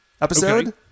episode